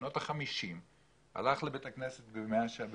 בשנות ה-50 הלך לבית הכנסת במאה שערים,